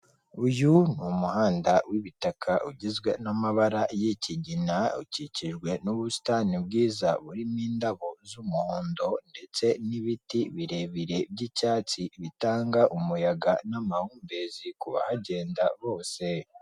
Uyu ni umuhanda w'ibitaka ugizwe n'amabara y'ikigina ukikijwe n'ubusitani bwiza burimo indabo z'umuhondo ndetse n'ibiti birebire by'icyatsi bitanga umuyaga n'amahumbezi kubahagenda bose.